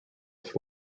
its